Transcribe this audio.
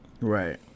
Right